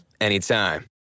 anytime